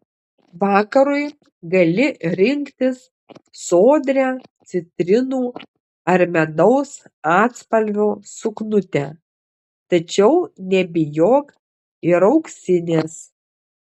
vakarui gali rinktis sodrią citrinų ar medaus atspalvio suknutę tačiau nebijok ir auksinės